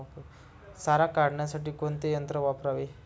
सारा काढण्यासाठी कोणते यंत्र वापरावे?